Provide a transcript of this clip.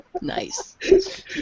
Nice